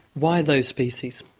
why those species?